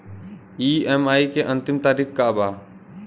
EMI के अंतिम तारीख का बा?